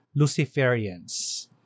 Luciferians